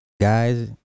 guys